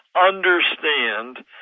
understand